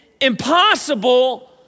impossible